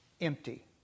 empty